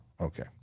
Okay